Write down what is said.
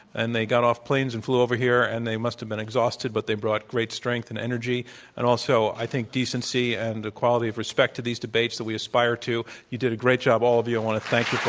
and they got off planes and flew over here. and they must have been exhausted, but they brought great strength and energy and also, i think, decency and equality of respect to these debates that we aspire to. you did a great job, all of you. and i want to thank